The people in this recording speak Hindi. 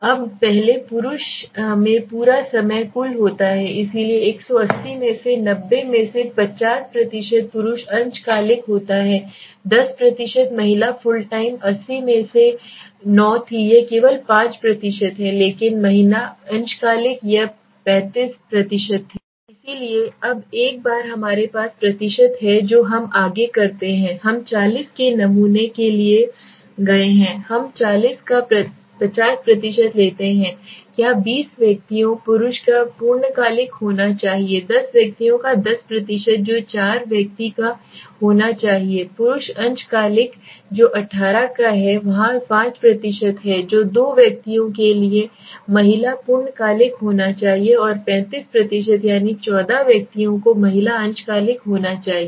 अब पहले पुरुष में पूरा समय कुल होता है इसलिए 180 में से 90 में से 50 पुरुष अंशकालिक होता है 10 महिला फुलटाइम 180 में से 9 थी यह केवल 5 है लेकिन महिला अंशकालिक यह 35 थी इसलिए अब एक बार हमारे पास प्रतिशत है जो हम आगे करते हैं हम 40 के नमूने के लिए गए हैं हम 40 का 50 लेते हैं क्या 20 व्यक्तियों पुरुष का पूर्णकालिक होना चाहिए 10 व्यक्तियों का 10 जो 4 व्यक्ति का होना चाहिए पुरुष अंशकालिक जो 18 का है वहां 5 है जो दो व्यक्तियों के लिए महिला पूर्णकालिक होना चाहिए और 35 यानी 14 व्यक्तियों को महिला अंशकालिक होना चाहिए